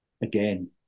again